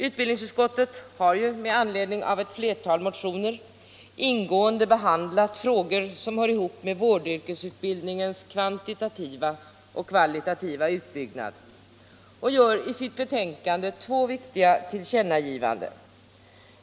Utbildningsutskottet har med anledning av ett flertal motioner ingående behandlat frågor som hör ihop med vårdyrkesutbildningens kvantitativa och kvalitativa utbyggnad och gör i sitt betänkande två viktiga tillkännagivanden.